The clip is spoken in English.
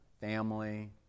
family